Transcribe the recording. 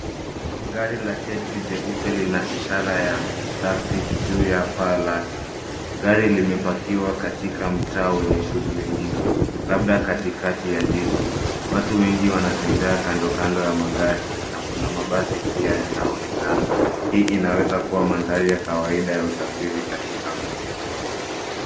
Gari la teksi jeupe lina ishara ya taxi juu ya paa lake. Gari limepakiwa katika mtaa wenye shughuli nyingi] labda katikati ya jiji. Watu wengi wanatembea kando kando ya magari na kuna mabasi pia yanaonekana. Hii inaweza kuwa mandhari ya kawaida ya usafiri katika mji.